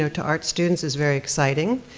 to art students is very exciting,